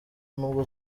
nubwo